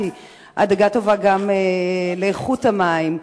כי הדגה טובה גם לאיכות המים.